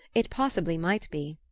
it possibly might be.